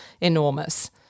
enormous